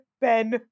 Ben